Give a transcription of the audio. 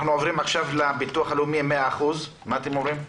אנחנו עוברים עכשיו לביטוח הלאומי 100%. מה אתם אומרים?